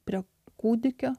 prie kūdikio